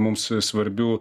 mums svarbių